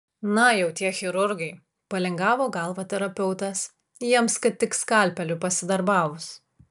na jau tie chirurgai palingavo galvą terapeutas jiems kad tik skalpeliu pasidarbavus